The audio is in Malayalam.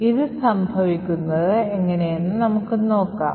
ഇത് സംഭവിക്കുന്നത് നമുക്ക് നോക്കാം